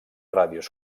ràdios